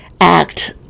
act